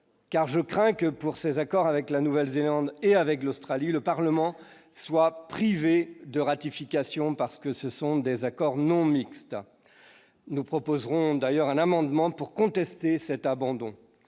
car je crains que pour ses accords avec la Nouvelle-Zélande et avec l'Australie, le Parlement soit privé de ratification parce que ce sont des accords non mixtes, nous proposerons d'ailleurs un amendement pour contester cet abandon